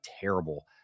terrible